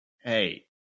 Hey